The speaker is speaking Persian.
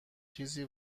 چیزی